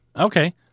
okay